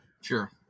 Sure